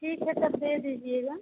ठीक है तब दे दीजिएगा